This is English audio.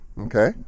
Okay